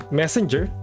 messenger